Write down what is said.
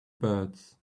birds